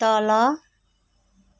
तल